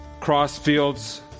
Crossfields